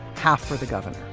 half for the governor.